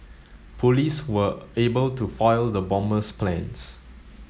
police were able to foil the bomber's plans